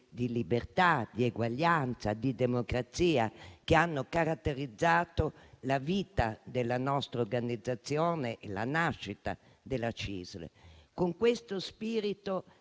di libertà, di eguaglianza, di democrazia che hanno caratterizzato la vita della nostra organizzazione e la nascita della CISL. Con questo spirito